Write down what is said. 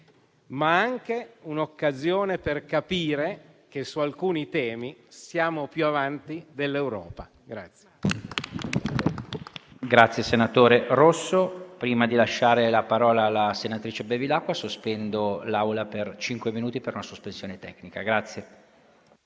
ma anche un'occasione per capire che su alcuni temi siamo più avanti dell'Europa.